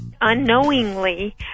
unknowingly